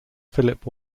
philip